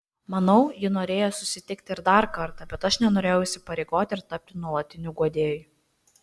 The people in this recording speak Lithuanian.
manau ji norėjo susitikti ir dar kartą bet aš nenorėjau įsipareigoti ir tapti nuolatiniu guodėju